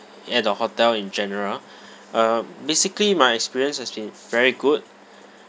at the hotel in general uh basically my experience has been very good